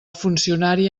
funcionari